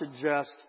suggest